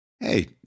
Hey